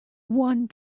one